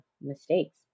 mistakes